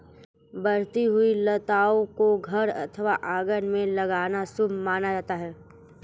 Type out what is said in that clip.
बढ़ती हुई लताओं को घर अथवा आंगन में लगाना शुभ माना जाता है